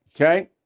Okay